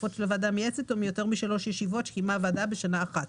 רצופות של הוועדה המייעצת או מיותר משלוש ישיבות שקיימה הוועדה בשנה אחת.